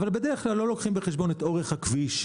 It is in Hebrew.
אבל בדרך כלל לא לוקחים בחשבון את אורך הכביש,